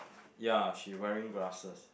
ya she wearing glasses